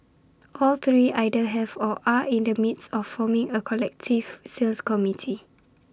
all three either have or are in the midst of forming A collective sales committee